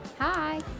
Hi